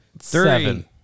three